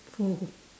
oh